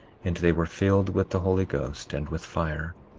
and they were filled with the holy ghost and with fire.